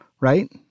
right